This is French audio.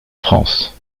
france